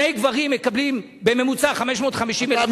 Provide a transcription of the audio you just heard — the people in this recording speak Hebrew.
שני גברים מקבלים בממוצע 550,000 שקל לשנה,